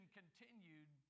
continued